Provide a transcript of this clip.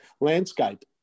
landscape